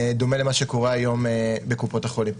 בדומה למה שקורה היום בקופות החולים.